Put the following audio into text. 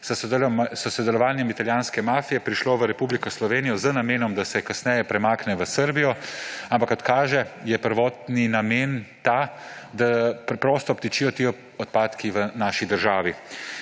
s sodelovanjem italijanske mafije prišlo v Republiko Slovenijo z namenom, da se kasneje premakne v Srbijo. Ampak kot kaže, je prvotni namen ta, da preprosto obtičijo ti odpadki v naši državi.